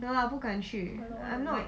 no lah 不敢去 I'm not